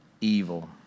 evil